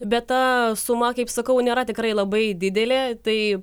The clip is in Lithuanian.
bet ta suma kaip sakau nėra tikrai labai didelė tai